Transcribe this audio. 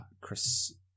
Chris